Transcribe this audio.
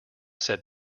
said